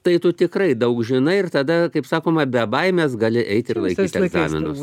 tai tu tikrai daug žinai ir tada kaip sakoma be baimės gali eiti ir laikyti egzaminus